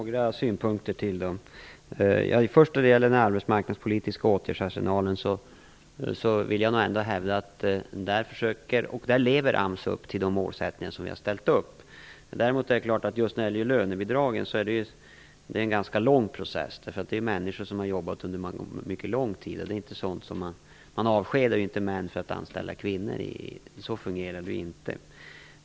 Fru talman! När det först gäller den arbetsmarknadspolitiska åtgärdsarsenalen vill jag hävda att AMS lever upp till de uppsatta målen. Men när det gäller just lönebidragen är det däremot fråga om en ganska lång process, därför att det handlar om människor som har arbetat under en mycket lång tid. Det fungerar ju inte så att man avskedar män för att anställa kvinnor.